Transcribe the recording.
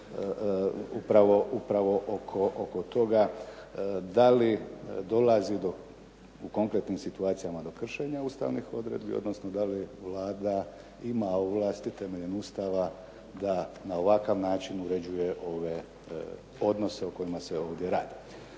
upravo oko toga da li dolazi u konkretnim situacijama do kršenja ustavnih odredbi, odnosno da li Vlada ima ovlasti temeljem Ustava da na ovakav način uređuje ove odnose o kojima se ovdje radi.